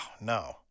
no